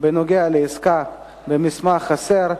בנוגע לעסקה במסמך חסר),